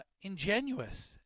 ingenuous